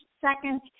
second